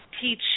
teach